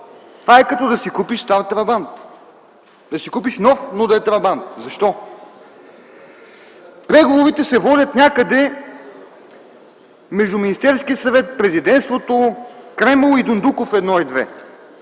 Това е като да си купиш стар трабант. Да си купиш нов, но да е трабант. Защо? Преговорите се водят някъде между Министерския съвет, президентството, Кремъл и „Дондуков” 1 и 2.